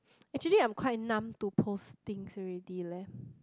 actually I'm quite numb to postings already leh